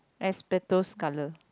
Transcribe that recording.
asbestos colour